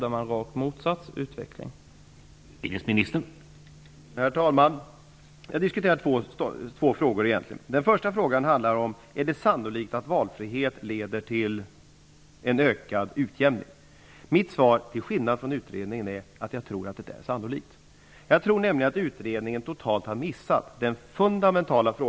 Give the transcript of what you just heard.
Där hävdar man att utvecklingen är den rakt motsatta.